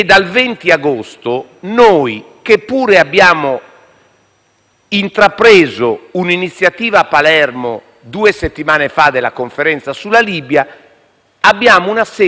abbiamo intrapreso un'iniziativa a Palermo, due settimane fa, nella Conferenza sulla Libia, abbiamo una sede priva dell'ambasciatore, il quale ha fatto un'intervista